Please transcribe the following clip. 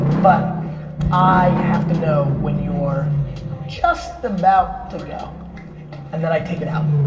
but i have to know when you're just about to go and then i take it out.